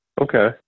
Okay